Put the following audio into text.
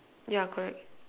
yeah correct